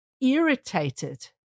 irritated